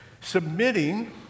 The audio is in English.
submitting